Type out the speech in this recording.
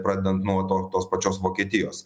pradedant nuo to tos pačios vokietijos